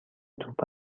توپ